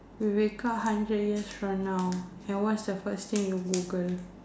because hundred years from now what's the first thing you Google